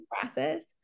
process